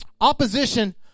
opposition